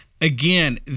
again